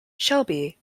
shelby